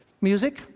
Music